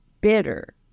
bitter